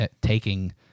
taking